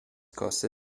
کاسه